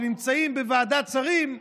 שנמצאים בוועדת שרים,